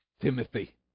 Timothy